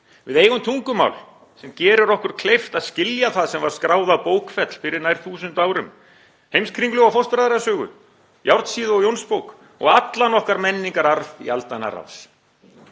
Við eigum tungumál sem gerir okkur kleift að skilja það sem var skráð á bókfell fyrir nær þúsund árum, Heimskringlu og Fóstbræðra sögu, Járnsíðu og Jónsbók og allan okkar menningararf í aldanna rás.